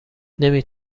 نمی